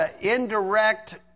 indirect